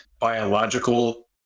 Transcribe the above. biological